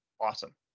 Awesome